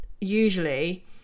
usually